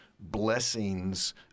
blessings